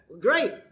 Great